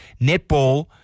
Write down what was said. netball